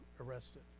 arrested